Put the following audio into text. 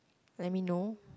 let me know